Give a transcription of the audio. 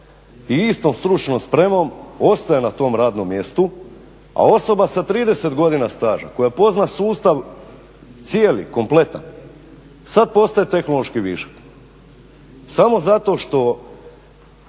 i istom stručnom spremom ostaje na tom radnom mjestu, a osoba sa 30 godina staža koja pozna sustav cijeli, kompletan, sad postaje tehnološki višak, samo zato što